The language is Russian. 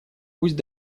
пусть